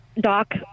doc